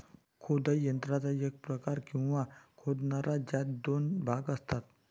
खोदाई यंत्राचा एक प्रकार, किंवा खोदणारा, ज्यात दोन भाग असतात